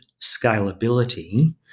scalability